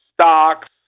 stocks